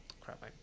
crap